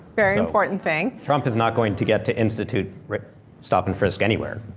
very important thing. trump is not going to get to institute stop and frisk anywhere.